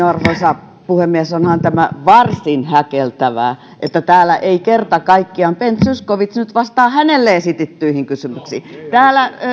arvoisa puhemies onhan tämä varsin häkeltävää että täällä ei kerta kaikkiaan ben zyskowicz nyt vastaa hänelle esitettyihin kysymyksiin täällä